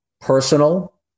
personal